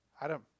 Adam